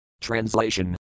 Translation